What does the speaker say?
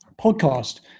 podcast